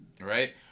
Right